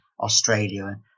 Australia